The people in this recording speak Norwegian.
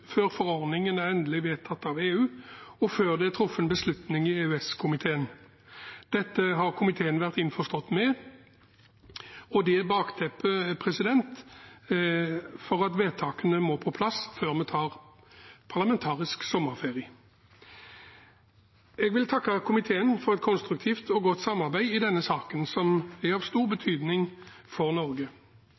i EØS-komiteen. Dette har komiteen vært innforstått med, og det er bakteppet for at vedtakene må på plass før vi tar parlamentarisk sommerferie. Jeg vil takke komiteen for et konstruktivt og godt samarbeid i denne saken, som er av stor betydning for Norge,